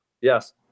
Yes